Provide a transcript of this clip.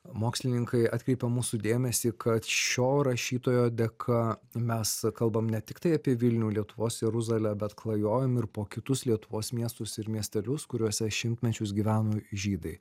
mokslininkai atkreipia mūsų dėmesį kad šio rašytojo dėka mes kalbam ne tiktai apie vilnių lietuvos jeruzalę bet klajojom ir po kitus lietuvos miestus ir miestelius kuriuose šimtmečius gyveno žydai